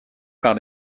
par